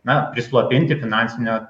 na prislopinti finansinio